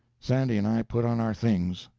sandy and i put on our things.